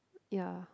ya